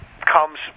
comes